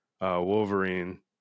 Wolverine